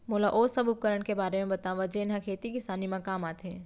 मोला ओ सब उपकरण के बारे म बतावव जेन ह खेती किसानी म काम आथे?